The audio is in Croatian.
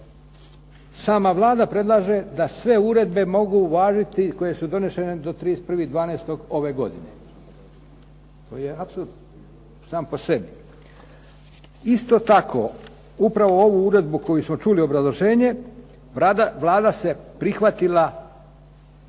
sama Vlada predlaže da sve uredbe mogu važiti koje su donešene do 31.12. ove godine. To je apsurd sam po sebi. Isto tako upravo ovu uredbu koju smo čuli obrazloženje Vlada se prihvatila